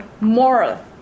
moral